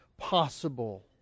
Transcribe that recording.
possible